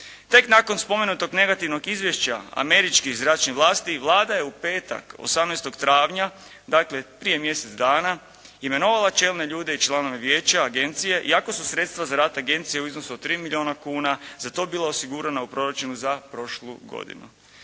Tek nakon spomenutog negativnog izvješća američkih zračnih vlasti Vlada je u petak 18. travnja, dakle prije mjesec dana imenovala čelne ljude i članove vijeća agencije iako su sredstva za rad agencije u iznosu od 3 milijuna kuna za to bila osigurana u proračunu za prošlu godinu.